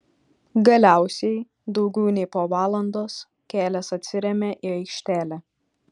galiausiai daugiau nei po valandos kelias atsiremia į aikštelę